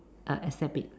a~ accept it